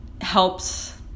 helps